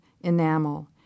enamel